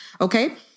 Okay